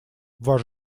ваш